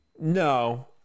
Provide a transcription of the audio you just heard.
No